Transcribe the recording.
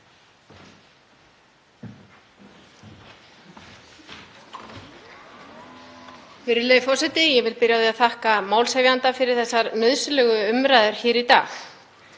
Virðulegi forseti. Ég vil byrja á því að þakka málshefjanda fyrir þessa nauðsynlegu umræðu hér í dag.